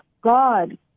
god